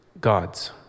God's